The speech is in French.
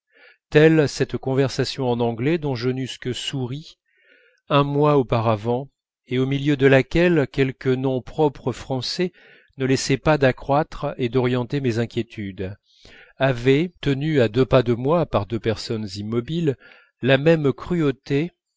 telle cette conversation en anglais dont je n'eusse que souri un mois auparavant et au milieu de laquelle quelques noms propres français ne laissaient pas d'accroître et d'orienter mes inquiétudes avait tenue à deux pas de moi par deux personnes immobiles la même cruauté